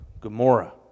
Gomorrah